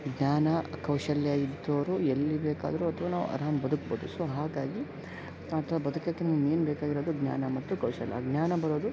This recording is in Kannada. ಜ್ಞಾನ ಕೌಶಲ್ಯ ಇದ್ದೋರು ಎಲ್ಲಿ ಬೇಕಾದರೂ ಅಥವಾ ನಾವು ಆರಾಮ ಬದುಕ್ಬೋದು ಸೊ ಹಾಗಾಗಿ ಬದುಕಕ್ಕೆ ಇನ್ನೇನು ಬೇಕಾಗಿರೋದು ಜ್ಞಾನ ಮತ್ತು ಕೌಶಲ್ಯ ಆ ಜ್ಞಾನ ಬರೋದು